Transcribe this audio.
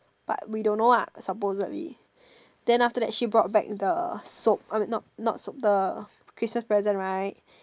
but we don't know ah supposedly then after that she brought back the soap I mean not not soap the Christmas present right